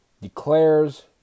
declares